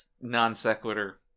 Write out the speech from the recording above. non-sequitur